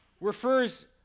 Refers